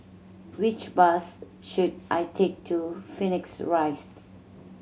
which bus should I take to Phoenix Rise